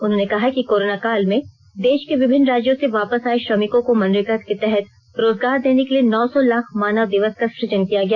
उन्होंने कहा कि कोरोना काल में देश के विभिन्न राज्यों से वापस आये श्रमिकों को मनरेगा के तहत रोजगार देने के लिए नौ सौ लाख मानव दिवस का सुजन किया गया